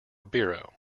biro